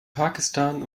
pakistan